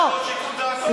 אסור לשבש את שיקול דעתו,